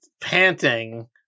panting